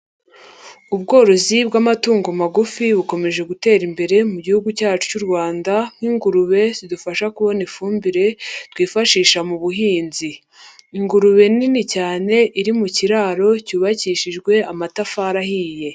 Ubworozi bw'amatungo magufi bukomeje gutera imbere mu Gihugu cyacu cy'u Rwanda nk'ingurube zidufasha kubona ifumbire twifashisha mu buhinzi. Ingurube nini cyane iri mu kiraro cyubakishijwe amatafari ahiye.